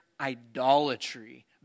idolatry